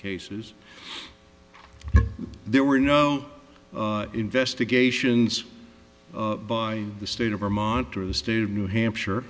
cases there were no investigations by the state of vermont or the state of new hampshire